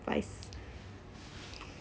advice